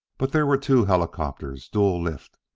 but there were two helicopters dual lift,